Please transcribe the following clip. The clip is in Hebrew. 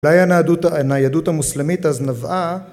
הניידות המוסלמית אז נבעה